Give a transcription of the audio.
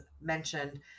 mentioned